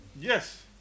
Yes